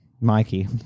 Mikey